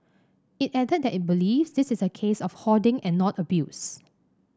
it added that it believes this is a case of hoarding and not abuse